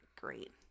great